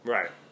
Right